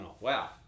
Wow